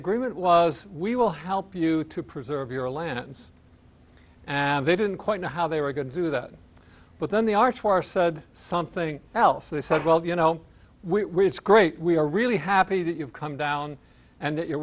agreement was we will help you to preserve your lands and they didn't quite know how they were going to do that but then the art for said something else they said well you know we are great we are really happy that you've come down and that you're